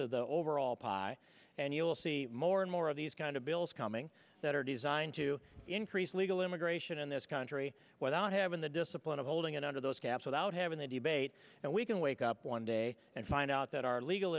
of the overall pie and you'll see more and more of these kind of bills coming that are designed to increase legal immigration in this country without having the discipline of holding it under those caps without having a debate and we can wake up one day and find out that our legal